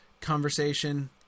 conversation